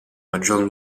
maggior